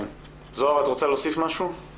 זהר את רוצה להוסיף משהו?